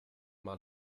mal